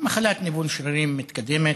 מחלת ניוון שרירים מתקדמת,